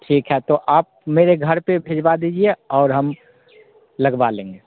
ठीक है तो आप मेरे घर पर भिजवा दीजिए और हम लगवा लेंगे